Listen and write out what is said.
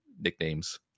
nicknames